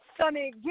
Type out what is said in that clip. Sunny